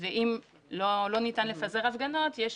ואם לא ניתן לפזר הפגנות, יש